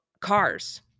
cars